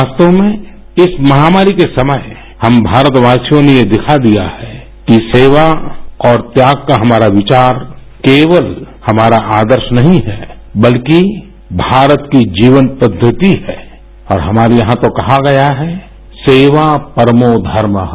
वास्तव में इस माहामारी के समय हम भारतवासियों ने ये दिखा दिया है कि सेवा और त्याग का हमारा विचार केवल हमारा आदरी नहीं है बल्कि भारत की जीवनपद्वति है और हमारे यहाँ तो कहा गया है सेवा परमो धमर्स